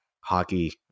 hockey